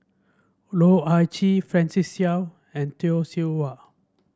Loh Ah Chee Francis Seow and Tay Seow Huah